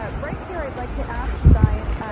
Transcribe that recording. um right here i would like to ask you guys,